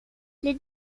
les